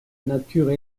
nature